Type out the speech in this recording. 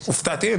הופתעתי,